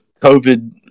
COVID